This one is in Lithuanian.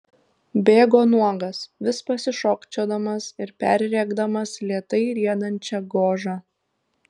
bėgo nuogas vis pasišokčiodamas ir perrėkdamas lėtai riedančią gožą